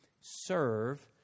serve